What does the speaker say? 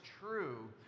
true